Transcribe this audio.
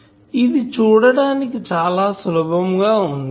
ఇది చూడటానికి సులభం గా వుంది